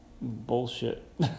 Bullshit